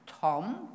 Tom